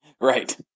Right